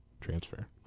transfer